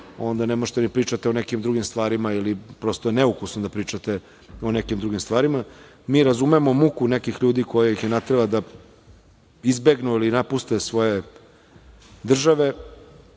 onda ne možete ni da pričate o nekim drugim stvarima ili je neukusno da pričate o nekim drugim stvarima. Mi razumemo muku nekih ljudi koja ih je naterala da izbegnu ili napuste svoje države.